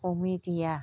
हमै गैया